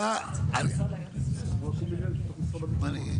מתכלל האירוע זה ראש המינהל האזרחי,